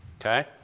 Okay